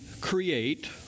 create